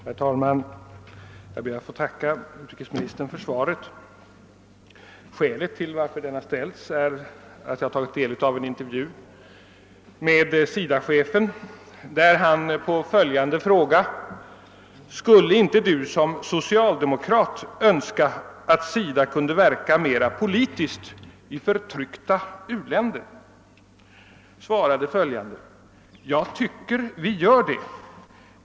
Herr talman! Jag ber att få tacka utrikesministern för svaret. Skälet till att jag framställde min fråga var att jag tagit del av en intervju med SIDA-chefen, där han hade tillfrågats: »Skulle inte du som socialdemokrat önska att Sida kunde verka mer politiskt i förtryckta u-länder?» På detta svarade han: »Jag tycker vi gör det.